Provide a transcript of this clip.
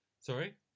Sorry